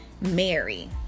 Mary